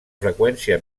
freqüència